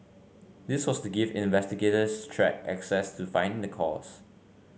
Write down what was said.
this was to give investigators track access to find the cause